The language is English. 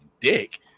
dick